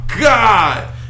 god